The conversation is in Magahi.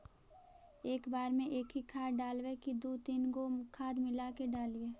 एक बार मे एकही खाद डालबय की दू तीन गो खाद मिला के डालीय?